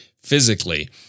physically